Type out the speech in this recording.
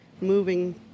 moving